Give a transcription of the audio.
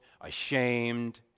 ashamed